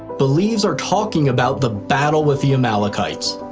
believes are talking about the battle with the amalekites.